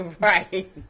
right